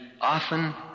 often